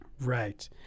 Right